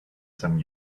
some